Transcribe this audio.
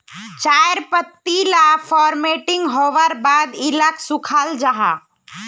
चायर पत्ती ला फोर्मटिंग होवार बाद इलाक सुखाल जाहा